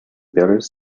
builders